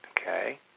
okay